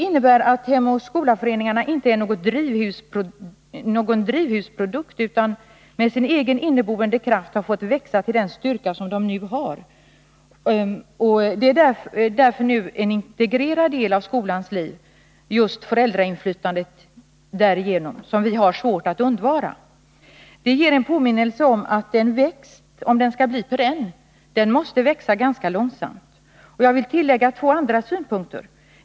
Hem och skola-föreningarna är inte någon drivhusprodukt, utan har med sin egen inneboende kraft fått växa till den styrka som de nu har som en integrerad del av skolans liv. Och det föräldrainflytande som vi får genom dem har vi svårt att undvara. Detta ger en påminnelse om att en växt för att den skall bli perenn måste växa ganska långsamt. Jag vill tillägga två andra synpunkter.